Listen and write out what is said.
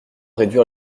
réduire